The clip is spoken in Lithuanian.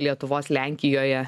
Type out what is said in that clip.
lietuvos lenkijoje